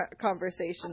conversation